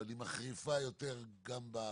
שמשתלבת עם המצוקה הכללית אבל היא מחריפה יותר גם בכמויות